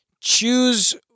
choose